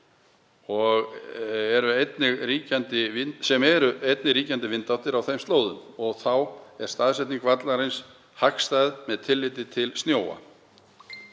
sem eru einnig ríkjandi vindáttir á þeim slóðum, og þá er staðsetning vallarins hagstæð með tilliti til snjóa.